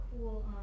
cool